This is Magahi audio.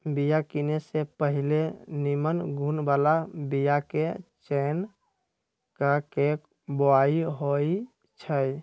बिया किने से पहिले निम्मन गुण बला बीयाके चयन क के बोआइ होइ छइ